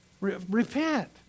Repent